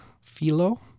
philo